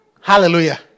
Hallelujah